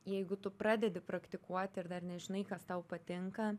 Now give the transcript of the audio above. jeigu tu pradedi praktikuot ir dar nežinai kas tau patinka